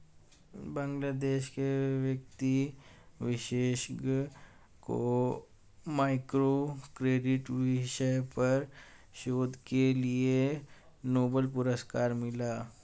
बांग्लादेश के वित्त विशेषज्ञ को माइक्रो क्रेडिट विषय पर शोध के लिए नोबेल पुरस्कार मिला